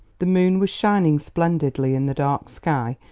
the moon was shining splendidly in the dark sky,